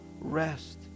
rest